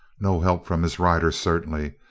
no help from his rider certainly,